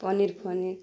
paneer ଫନିର୍